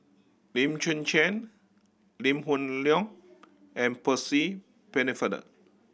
Lim Chwee Chian Lee Hoon Leong and Percy Pennefather